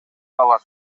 алат